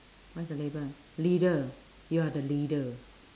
what's your label leader you are the leader